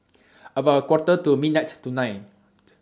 about A Quarter to midnight tonight